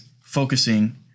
focusing